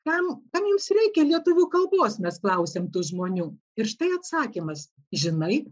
kam kam jums reikia lietuvių kalbos mes klausiam tų žmonių ir štai atsakymas žinai